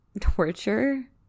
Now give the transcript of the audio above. torture